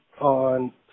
on